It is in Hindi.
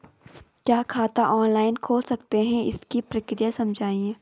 क्या खाता ऑनलाइन खोल सकते हैं इसकी प्रक्रिया समझाइए?